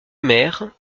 maire